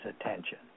attention